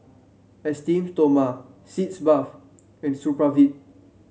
Esteem Stoma Sitz Bath and Supravit